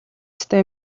ёстой